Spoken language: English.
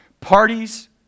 Parties